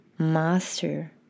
Master